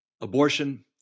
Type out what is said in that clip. Abortion